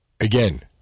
Again